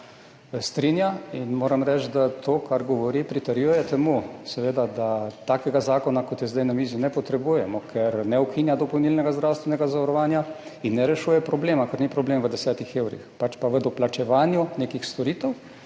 In moram reči, da to, kar govori, pritrjuje temu, da takega zakona, kot je zdaj na mizi, ne potrebujemo, ker ne ukinja dopolnilnega zdravstvenega zavarovanja in ne rešuje problema. Ker ni problem v 10 evrih, pač pa v doplačevanju nekih storitev,